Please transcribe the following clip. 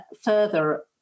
further